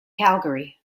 calgary